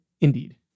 indeed